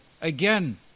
Again